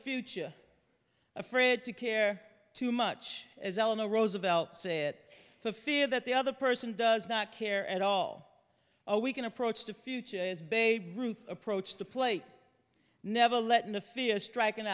future afraid to care too much as eleanor roosevelt said for fear that the other person does not care at all we can approach the future as babe ruth approached the plate never letting the fear of striking